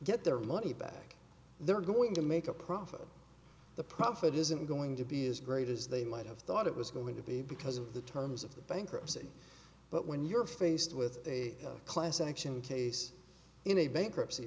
get their money back they're going to make a profit the profit isn't going to be as great as they might have thought it was going to be because of the terms of the bankruptcy but when you're faced with a class action case in a bankruptcy